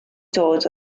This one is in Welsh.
dod